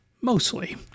mostly